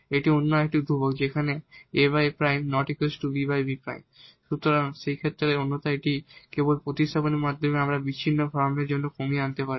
এটি অন্য আরেকটি ধ্রুবক যেখানে সুতরাং সেই ক্ষেত্রে অন্যথায় এটি কেবল প্রতিস্থাপনের মাধ্যমে আমরা বিচ্ছিন্ন ফর্মের জন্য কমিয়ে আনতে পারি